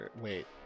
Wait